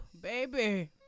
baby